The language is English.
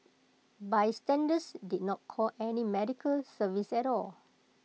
bystanders did not call any medical service at all